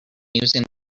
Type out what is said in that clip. using